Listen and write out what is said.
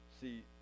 See